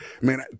man